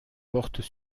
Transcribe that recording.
portent